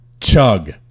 Chug